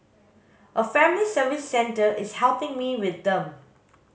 a family service centre is helping me with them